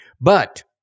But-